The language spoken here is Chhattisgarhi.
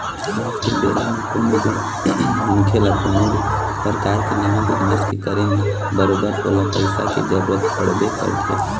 आज के बेरा म कोनो भी मनखे ल कोनो भी परकार के नवा बिजनेस के करे म बरोबर ओला पइसा के जरुरत पड़बे करथे